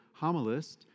homilist